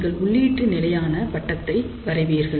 நீங்கள் உள்ளீட்டு நிலையான வட்டத்தை வரைவீர்கள்